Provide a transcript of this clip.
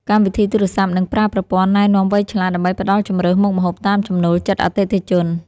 កម្មវិធីទូរសព្ទនឹងប្រើប្រព័ន្ធណែនាំវៃឆ្លាត ដើម្បីផ្ដល់ជម្រើសមុខម្ហូបតាមចំណូលចិត្តអតិថិជន។